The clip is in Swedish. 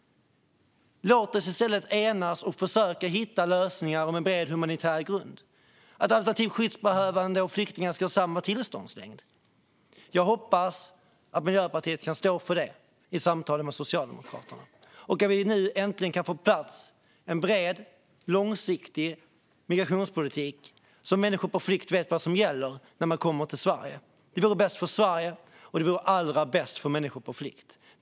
Låt oss i stället enas och försöka hitta lösningar om en bred humanitär grund och om att alternativt skyddsbehövande och flyktingar ska ha samma tillståndslängd. Jag hoppas att Miljöpartiet kan stå för det i samtalen med Socialdemokraterna. Jag hoppas också att vi nu äntligen kan få på plats en bred långsiktig migrationspolitik, så att människor på flykt vet vad som gäller när de kommer till Sverige. Det vore bäst för Sverige, och framför allt vore det bäst för människor på flykt.